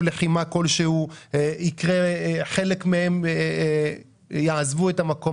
מלחמה כלשהו חלק מהם לא יעזוב את המקום.